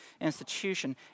institution